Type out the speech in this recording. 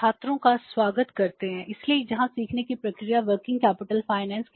छात्रों का स्वागत करते हैं इसलिए जहां सीखने की प्रक्रिया वर्किंग कैपिटल फाइनेंस